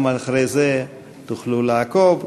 גם אחרי זה תוכלו לעקוב.